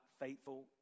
faithful